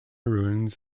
ruins